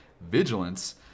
Vigilance